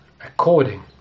according